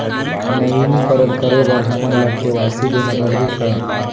नवीनीकरण करे बर हमन ला के.वाई.सी देना पड़ही का?